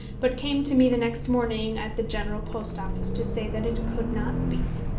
but came to me the next morning at the general post office to say that it could not be.